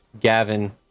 Gavin